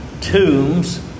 tombs